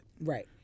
right